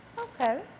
Okay